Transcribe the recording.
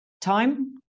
time